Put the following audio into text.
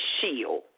shield